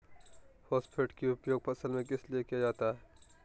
Phosphate की उपयोग फसल में किस लिए किया जाता है?